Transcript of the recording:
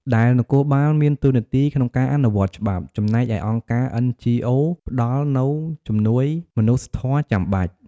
ដែលនគរបាលមានតួនាទីក្នុងការអនុវត្តច្បាប់ ចំណែកឯអង្គការ អិន ជី អូ ផ្តល់នូវជំនួយមនុស្សធម៌ចាំបាច់។